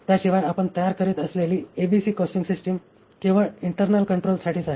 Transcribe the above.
त्याशिवाय आपण तयार करीत असलेली एबीसी कॉस्टिंग सिस्टम केवळ इंटरनल कंट्रोल साठीच आहे